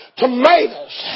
tomatoes